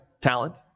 talent